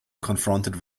confronted